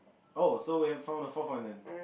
oh so we have found a fourth one then